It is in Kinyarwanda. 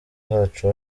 hacu